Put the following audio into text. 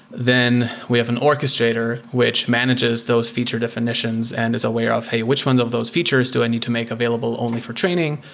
then we have an orchestrator, which manages those feature definitions and is aware of, hey, which ones of those features do i need to make available only for training?